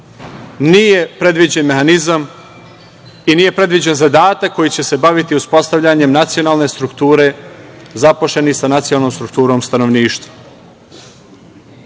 nije predviđen mehanizam i nije predviđen zadatak koji će se baviti uspostavljanjem nacionalne strukture zaposlenih sa nacionalnom strukturom stanovništva.Međutim,